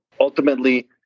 ultimately